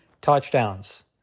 touchdowns